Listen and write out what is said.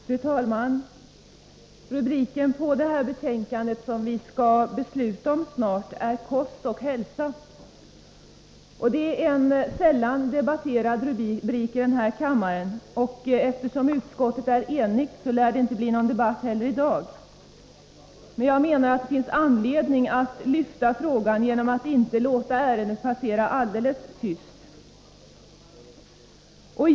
Fru talman! Rubriken på det betänkande som vi nu snart skall besluta om är ”Kost och hälsa”. Det är en här i kammaren sällan debatterad fråga, och eftersom utskottet är enigt lär det inte heller i dag bli någon debatt, men det finns, enligt min mening, anledning att lyfta fram frågan genom att inte låta ärendet passera alldeles tyst.